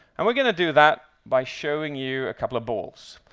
and we're going to do that by showing you a couple of balls.